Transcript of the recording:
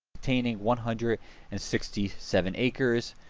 containing one hundred and sixty seven acres